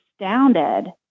astounded